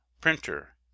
printer